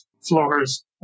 floors